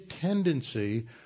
tendency